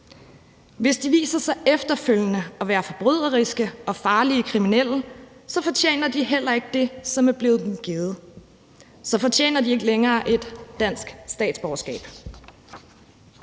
Hvis de efterfølgende viser sig at være forbryderiske og farlige kriminelle, så fortjener de heller ikke det, som er blevet dem givet; så fortjener de ikke længere et dansk statsborgerskab.